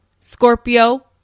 Scorpio